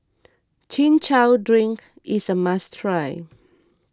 Chin Chow Drink is a must try